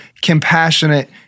compassionate